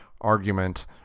argument